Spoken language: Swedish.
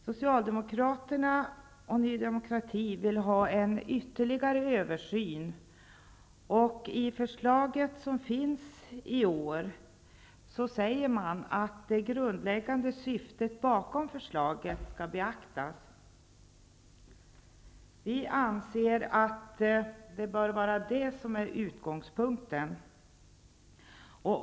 Socialdemokraterna och Ny demokrati vill ha en ytterligare översyn, och i det förslag som finns i år säger man att det grundläggande syftet bakom lagen skall beaktas. Vi anser att det bör vara utgångspunkten.